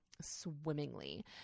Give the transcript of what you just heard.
swimmingly